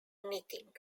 knitting